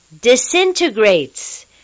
disintegrates